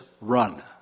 run